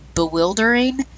Bewildering